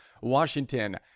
Washington